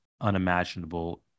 unimaginable